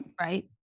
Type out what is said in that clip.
Right